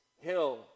hill